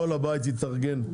כל הבית התארגן.